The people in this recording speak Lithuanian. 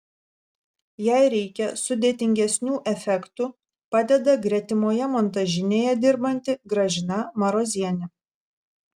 jei reikia sudėtingesnių efektų padeda gretimoje montažinėje dirbanti gražina marozienė